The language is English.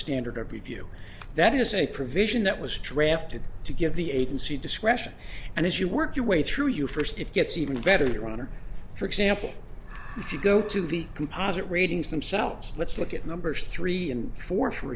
standard of review that is a provision that was drafted to give the agency discretion and as you work your way through you first it gets even better your honor for example if you go to the composite ratings themselves let's look at numbers three and four for